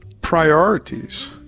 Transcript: priorities